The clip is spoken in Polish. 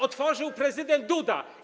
otworzył prezydent Duda.